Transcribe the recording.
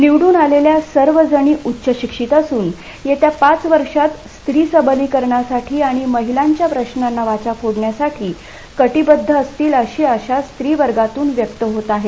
निवडुन आलेल्या सर्व जणी उच्चशित्रित असुन येत्या पाच वर्षात स्त्री सवलीकरणासाठी आणि महीलांच्या प्रशानांना वाचा फोडण्यासाठी कटीबद्ध असतील अशी आशा स्त्री वर्गातुन व्यक्त होत आहे